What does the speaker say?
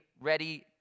ready